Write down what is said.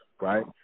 right